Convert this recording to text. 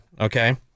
Okay